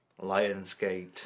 Lionsgate